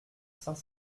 saint